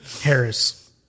Harris